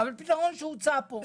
אבל פתרון שהוצע פה.